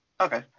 Okay